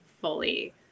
fully